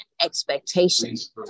expectations